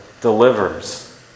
delivers